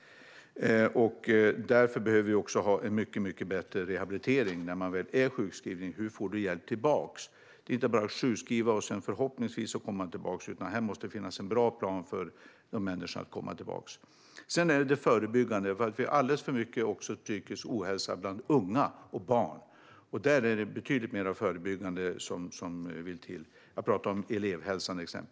Vi behöver också ha en mycket bättre rehabilitering. Hur får man hjälp tillbaka när man väl är sjukskriven? Det är inte bara att sjukskriva, och hoppas att de kommer tillbaka. Det måste finnas en bra plan för att de ska komma tillbaka. Det handlar också om det förebyggande. Vi har alldeles för stor psykisk ohälsa bland unga och barn. Där vill det till betydligt mer förbyggande arbete, exempelvis inom elevhälsan.